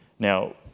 Now